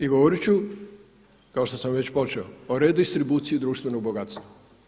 I govoriti ću kao što sam već počeo o redistribuciji društvenog bogatstva.